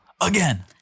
Again